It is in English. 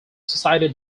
society